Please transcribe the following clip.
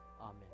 Amen